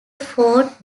fought